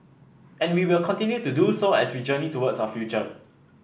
and we will continue to do so as we journey towards our future